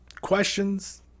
questions